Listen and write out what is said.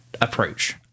approach